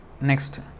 next